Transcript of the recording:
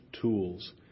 tools